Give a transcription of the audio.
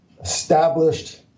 established